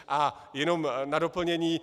A jenom na doplnění.